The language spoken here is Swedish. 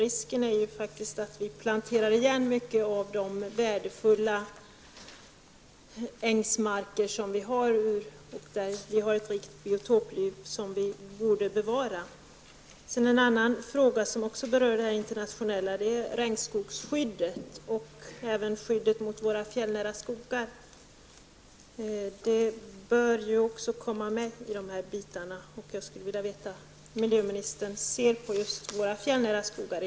Risken är faktiskt att vi planterar igen mycket av de värdefulla ängsmarkerna, där det finns ett rikt biotopliv som bör bevaras. En internationell fråga är regnskogsskyddet. Vidare har vi skyddet för våra fjällnära skogar. Dessa frågor bör också tas upp. Jag skulle vilja veta hur miljöministern i nuläget ser på just våra fjällnära skogar.